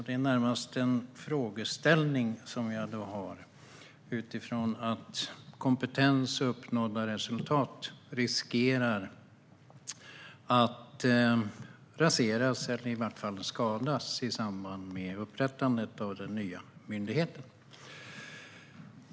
Det är närmast en frågeställning som jag undrar över utifrån att kompetens och uppnådda resultat riskerar att raseras, eller i vart fall skadas, i samband med upprättandet av den nya myndigheten.